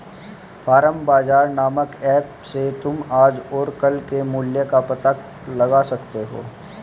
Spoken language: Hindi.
फार्मर बाजार नामक ऐप से तुम आज और कल के मूल्य का पता लगा सकते हो